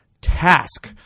Task